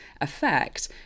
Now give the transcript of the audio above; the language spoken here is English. effect